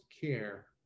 care